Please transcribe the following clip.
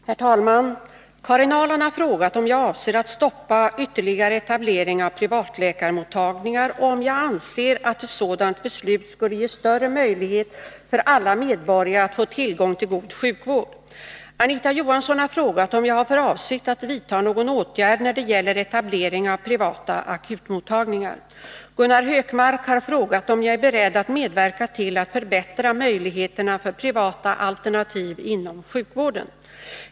Herr talman! Karin Ahrland har frågat om jag avser att stoppa ytterligare etablering av privatläkarmottagningar och om jag anser att ett sådant beslut skulle ge större möjlighet för alla medborgare att få tillgång till god sjukvård. Anita Johansson har frågat om jag har för avsikt att vidta någon åtgärd när det gäller etablering av privata akutmottagningar. Gunnar Hökmark har frågat om jag är beredd att medverka till att förbättra möjligheterna för privata alternativ inom sjukvården.